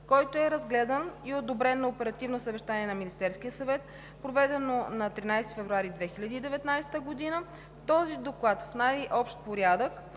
който е разгледан и одобрен на оперативно съвещание на Министерския съвет, проведено на 13 февруари 2019 г. В този доклад в най-общ порядък